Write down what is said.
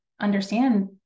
understand